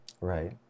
Right